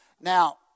Now